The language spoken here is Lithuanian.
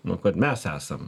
nu kad mes esam